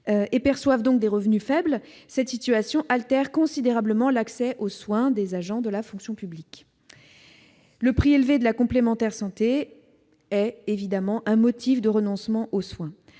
et perçoivent des revenus faibles, cette situation altère considérablement l'accès aux soins des agents de la fonction publique. Le prix élevé de la complémentaire santé est évidemment un motif de renoncement aux soins.